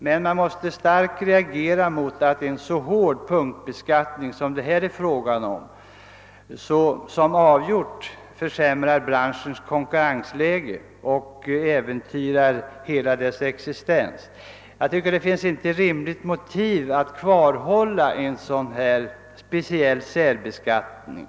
Man måste emellertid starkt reagera mot att en punktbeskattning -— som det här är fråga om — är så hård, att den avgjort försämrar en branschs konkurrensläge och äventyrar hela dess existens. Det finns enligt min mening inget rimligt motiv att behålla en sådan speciell beskattning. -.